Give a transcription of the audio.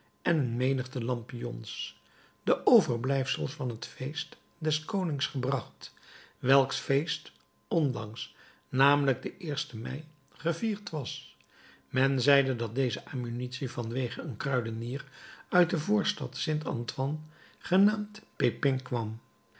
en een menigte lampions de overblijfsels van het feest des konings gebracht welk feest onlangs namelijk den mei gevierd was men zeide dat deze amunitie vanwege een kruidenier uit de voorstad st antoine genaamd pepin kwam